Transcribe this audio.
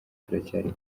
turacyari